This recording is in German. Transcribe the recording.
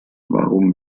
warum